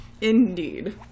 indeed